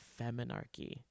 feminarchy